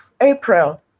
April